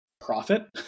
profit